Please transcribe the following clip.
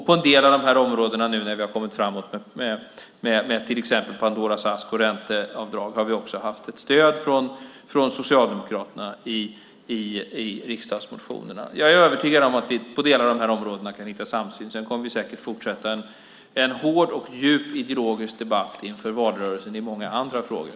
På en del av områdena, nu när vi har kommit framåt med till exempel Pandoras ask och ränteavdrag, har vi också haft stöd från Socialdemokraterna i riksdagsmotionerna. Jag är övertygad om att vi i delar av områdena kan hitta samsyn. Sedan kommer vi säkert att fortsätta en hård och djup ideologisk debatt inför valrörelsen i många andra frågor.